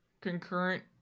concurrent